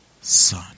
son